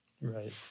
right